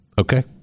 Okay